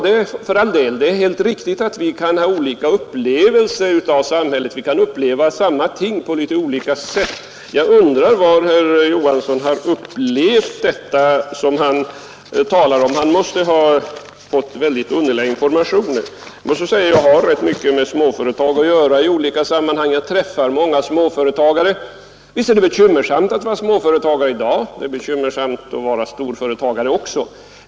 Det är riktigt, som han påstår, att vi kan ha olika upplevelser av samhället, vi kan uppleva samma ting på olika sätt. Jag undrar hur herr Johansson har upplevt det han talar om, han måste ha fått underliga informationer. Jag har ganska mycket med småföretagare att göra i olika sammanhang, och visst är det bekymmersamt att vara småföretagare i dag. Det är bekymmersamt att vara storföretagare också.